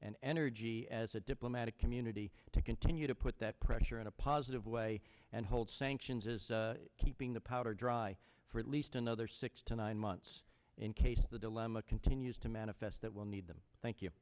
and energy as a diplomatic community to continue to put that pressure in a positive way and hold sanctions is keeping the powder dry for at least another six to nine months in case the dilemma continues to manifest that will need them thank you